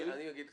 אני יכול להקריא.